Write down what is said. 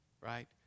right